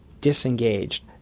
disengaged